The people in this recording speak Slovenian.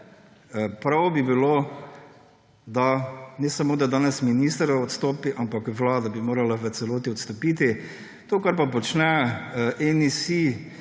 prav bi bilo, ne samo da danes minister odstopi, ampak vlada bi morala v celoti odstopiti. To, kar pa počne NSi,